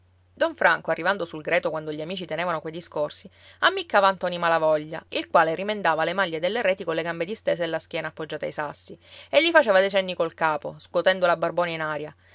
don franco arrivando sul greto quando gli amici tenevano quei discorsi ammiccava a ntoni malavoglia il quale rimendava le maglie delle reti colle gambe distese e la schiena appoggiata ai sassi e gli faceva dei cenni col capo scuotendo la barbona in aria